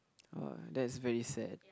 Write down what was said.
uh that's very sad